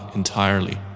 entirely